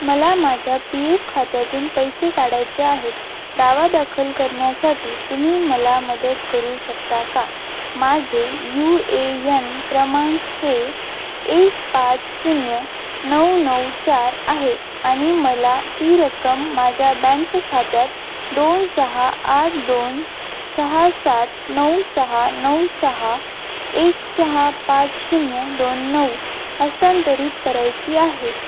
मला माझ्या P F खात्यातून पैसे काढायचे आहेत दावा दाखल करण्यासाठी तुम्ही मला मदत करू शकता का माझे यू ए यन क्रमांक हे एक पाच शून्य नऊ नऊ चार आहे आणि मला ती रक्कम माझ्या बँक खात्यात दोन सहा आठ दोन सहा सात नऊ सहा नऊ सहा एक सहा पाच शून्य दोन नऊ हस्तांतरित करायची आहे